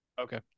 Okay